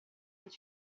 est